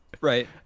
right